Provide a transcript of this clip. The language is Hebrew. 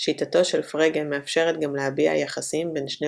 שיטתו של פרגה מאפשרת גם להביע יחסים בין שני